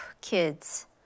kids